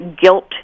guilt